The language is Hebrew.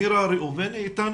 נירה ראובני אתנו?